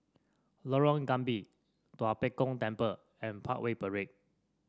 Lorong Gambir Tua Pek Kong Temple and Parkway Parade